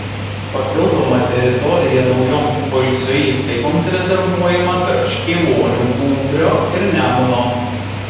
papildoma teritorija naujoms poilsio įstaigoms rezervuojama tarp škėvonių gūbrio ir nemuno